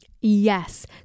Yes